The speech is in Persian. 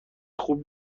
خوب